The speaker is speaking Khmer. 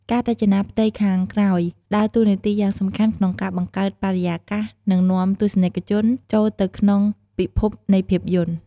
ការរចនាផ្ទៃខាងក្រោយ ដើរតួនាទីយ៉ាងសំខាន់ក្នុងការបង្កើតបរិយាកាស និងនាំទស្សនិកជនចូលទៅក្នុងពិភពនៃភាពយន្ត។